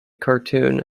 cartoon